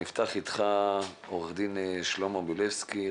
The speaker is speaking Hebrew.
אני אפתח איתך עורך דין שלמה בילבסקי,